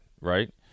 Right